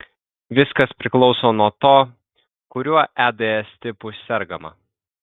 viskas priklauso nuo to kuriuo eds tipu sergama